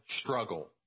struggle